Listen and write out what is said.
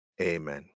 amen